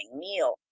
meal